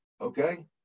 Okay